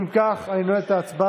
אך כך, אני נועל את ההצבעה.